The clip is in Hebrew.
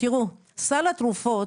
סל התרופות